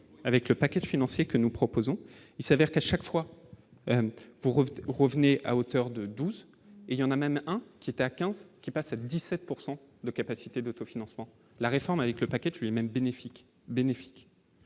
avec le paquet financier que nous proposons, il s'avère qu'à chaque fois, vous revenez, revenez à hauteur de 12 et il y en a même un qui est à 15 qui passe à 17 pourcent de de capacité d'autofinancement la réforme avec le package lui-même bénéfique